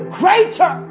greater